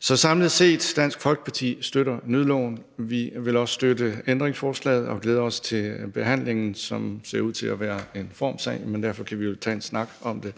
Samlet set støtter Dansk Folkeparti nødloven. Vi vil også støtte ændringsforslaget og glæder os til behandlingen, som ser ud til at være en formsag, men vi kan vel tage en snak om det.